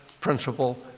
principle